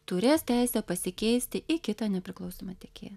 turės teisę pasikeisti į kitą nepriklausomą tiekėją